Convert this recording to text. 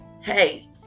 hey